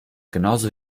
genauso